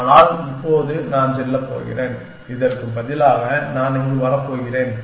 ஆனால் இப்போது நான் செல்லப் போகிறேன் இதற்கு பதிலாக நான் இங்கு வரப் போகிறேன்